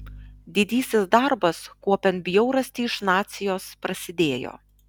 didysis darbas kuopiant bjaurastį iš nacijos prasidėjo